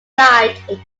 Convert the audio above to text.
died